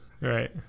right